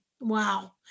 Wow